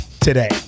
today